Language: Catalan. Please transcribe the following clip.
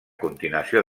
continuació